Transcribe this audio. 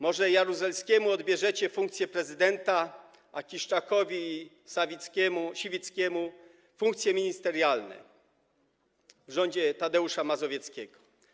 Może Jaruzelskiemu odbierzecie funkcję prezydenta, a Kiszczakowi i Siwickiemu funkcje ministerialne w rządzie Tadeusza Mazowieckiego.